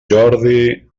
jordi